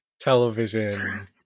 television